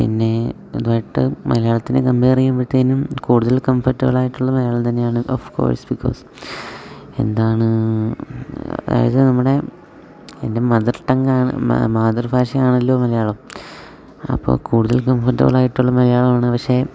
പിന്നെ ഇതുവായിട്ട് മലയാളത്തിനെ കംപയർ ചെയ്യുമ്പഴത്തേനും കൂടുതൽ കംഫർട്ടബിൾ ആയിട്ടുള്ളത് മലയാളം തന്നെയാണ് ഒഫ്കോഴ്സ് ബികോസ് എന്താണ് അതായത് നമ്മുടെ എൻ്റെ മദർ ടങ്ങാണ് മാതൃഭാഷയാണല്ലോ മലയാളം അപ്പോൾ കൂടുതൽ കംഫർട്ടബൾ ആയിട്ടുള്ളത് മലയാളമാണ് പക്ഷേ